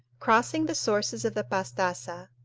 crossing the sources of the pastassa,